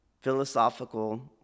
philosophical